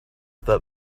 that